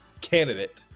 candidate